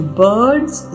birds